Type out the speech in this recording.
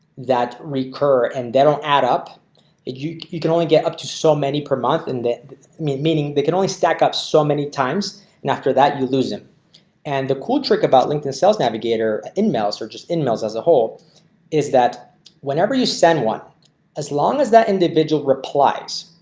that recur and they don't add up and you can only get up to so many per month in the i mean meaning they can only stack up so many times and after that you lose them and the cool trick about linkedin sales navigator in males are just in males as a whole is that whenever you send one as long as that individual replies?